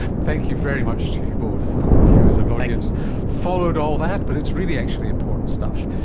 thank you very much to you both. i hope you as an audience followed all that but it's really actually important stuff.